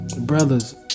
Brothers